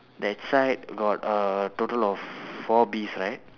that side got uh total of four bees right